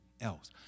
else